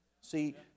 See